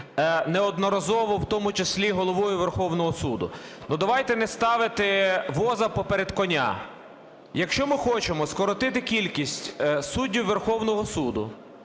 неодноразово, в тому числі Головою Верховного Суду, ну, давайте не ставити воза поперед коня. Якщо ми хочемо скоротити кількість суддів Верховного Суду,